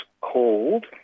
Called